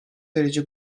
derece